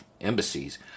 embassies